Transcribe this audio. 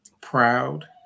proud